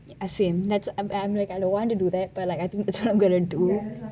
same I'm like I don't want to do that but like I think that is what I am going to do